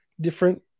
different